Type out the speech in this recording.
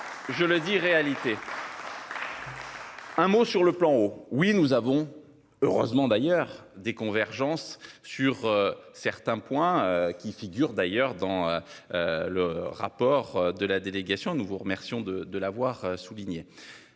Je le dis réalité. Un mot sur le plan au oui, nous avons heureusement d'ailleurs des convergences sur certains points qui figure d'ailleurs dans. Le rapport de la délégation. Nous vous remercions de de l'avoir souligné